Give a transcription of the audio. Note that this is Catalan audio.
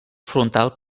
frontal